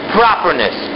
properness